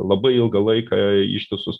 labai ilgą laiką ištisus